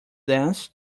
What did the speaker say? dance